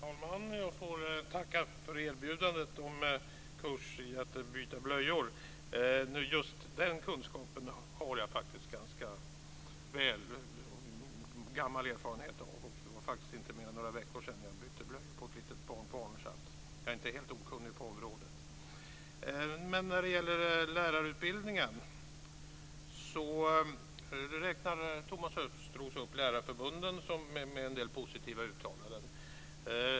Fru talman! Jag får tacka för erbjudandet om en kurs i att byta blöjor. Just den kunskapen har jag faktiskt. Jag har gammal erfarenhet av det. Det var faktiskt heller inte mer än några veckor sedan jag bytte blöjor på ett litet barnbarn, så jag är inte helt okunnig på området. När det gäller lärarutbildningen räknar Thomas Östros upp lärarförbunden, som har kommit med en del positiva uttalanden.